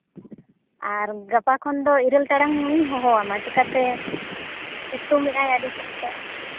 ᱟᱨ ᱜᱟᱯᱟ ᱠᱷᱚᱱ ᱫᱚ ᱤᱨᱟᱹᱞ ᱴᱟᱲᱟᱝ ᱢᱤᱧ ᱦᱚᱦᱚ ᱟᱢᱟ ᱪᱤᱠᱟᱛᱮ ᱥᱮᱛᱳᱝ ᱮᱜ ᱟᱭ ᱟᱹᱰᱤ ᱥᱚᱠᱛᱚ